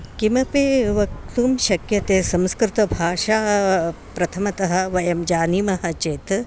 किमपि वक्तुं शक्यते संस्कृतभाषा प्रथमतः वयं जानीमः चेत्